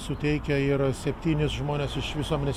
suteikia ir septynis žmones iš visuomenės